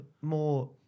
more